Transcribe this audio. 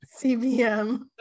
CBM